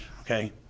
okay